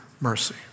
Mercy